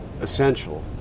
essential